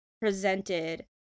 presented